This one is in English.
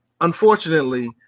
Unfortunately